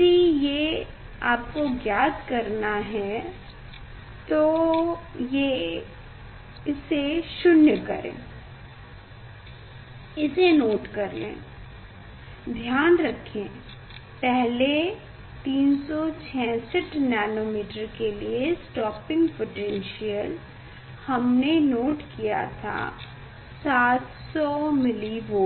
यदि ये आपको ज्ञात करना है तो ये इसे 0 करें इसे नोट कर लें ध्यान रखें पहले 366nm के लिए स्टॉपिंग पोटैन्श्यल हम नोट किया था 700mV